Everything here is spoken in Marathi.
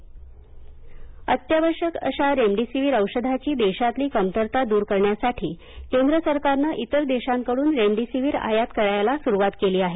रेमडिसीवीर अत्यावश्यक अशा रेमडिसीवीर औषधाची देशातील कमतरता दूर करण्यासाठी केंद्र सरकारनं इतर देशांकडून रेमडीसीवीर आयात करायला सुरुवात केली आहे